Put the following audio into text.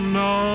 no